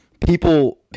people